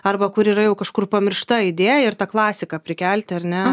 arba kur yra jau kažkur pamiršta idėja ir tą klasiką prikelti ar ne